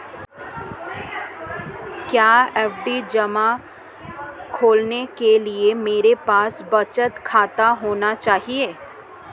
क्या आवर्ती जमा खोलने के लिए मेरे पास बचत खाता होना चाहिए?